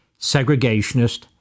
segregationist